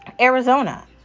Arizona